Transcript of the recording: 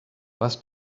was